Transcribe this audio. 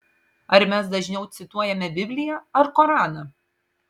ar mes dažniau cituojame bibliją ar koraną